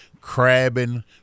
crabbing